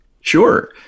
Sure